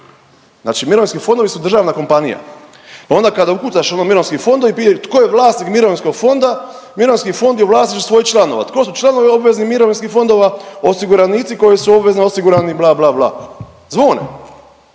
Znači mirovinski fondovi su državna kompanija. Pa onda kada ukucaš ono mirovinski fondovi, piše tko je vlasnik mirovinskog fonda. Mirovinski fond je u vlasništvu svojih članova, tko su članovi obveznih mirovinskih fondova? Osiguranici koji su obvezno osigurani, bla, bla, bla. Zvone,